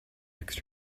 next